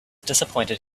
disappointed